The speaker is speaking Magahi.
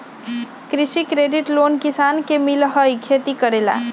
कृषि क्रेडिट लोन किसान के मिलहई खेती करेला?